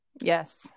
Yes